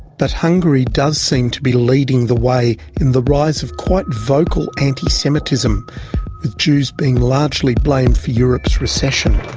but hungary does seem to be leading the way in the rise of quite vocal anti-semitism, with jews being largely blamed for europe's recession.